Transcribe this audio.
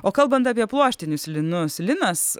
o kalbant apie pluoštinius linus linas